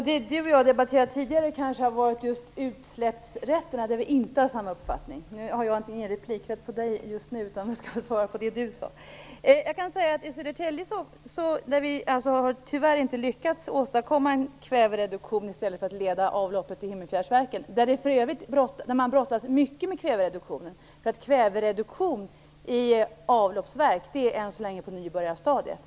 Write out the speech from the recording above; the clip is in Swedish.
Herr talman! Det Peter Weibull Bernström och jag har debatterat tidigare har kanske varit utsläppsrätterna, där vi inte har samma uppfattning. Men nu är det inte jag som har replikrätten, utan jag skall bemöta det Peter Weibull Bernström sade. I Södertälje har vi tyvärr inte lyckats åstadkomma en kvävereduktion i stället för att leda avloppet till Himmerfjärdsverket, där man för övrigt brottas mycket med kvävereduktion. Kvävereduktion i avloppsverk är än så länge på nybörjarstadiet.